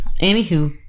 Anywho